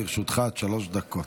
לרשותך עד שלוש דקות.